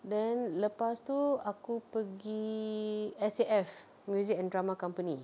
then lepas itu aku pergi S_A_F music and drama company